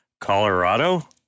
Colorado